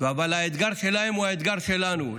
האתגר שלהם הוא האתגר שלנו.